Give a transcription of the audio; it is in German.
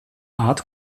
art